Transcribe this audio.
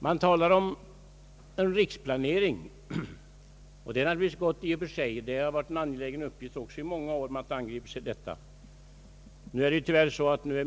Man talar nu om en riksplanering, och det är naturligtvis något gott i och för sig, men det har varit en angelägen uppgift i många år att gripa sig an med dessa frågor.